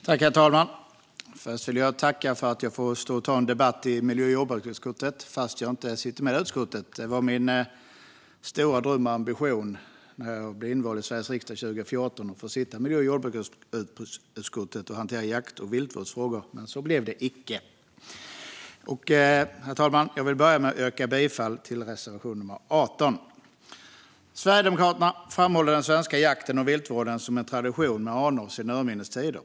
Herr talman! Först vill jag tacka för att jag får ta en debatt för miljö och jordbruksutskottets räkning trots att jag inte sitter med i det utskottet. Det var min stora dröm och ambition när jag blev invald i Sveriges riksdag 2014 att få sitta i miljö och jordbruksutskottet och hantera jakt och viltvårdsfrågor, men så blev det icke. Herr talman! Jag vill börja med att yrka bifall till reservation 18. Sverigedemokraterna framhåller att den svenska jakten och viltvården är en tradition med anor sedan urminnes tider.